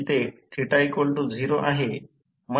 47 ampere आहे